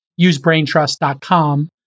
usebraintrust.com